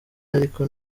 ariko